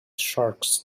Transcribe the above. sharks